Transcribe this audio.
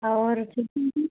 और चंदन की